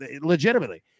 legitimately